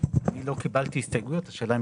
אני לא קיבלתי הסתייגויות, השאלה אם